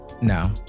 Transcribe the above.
No